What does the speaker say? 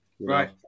right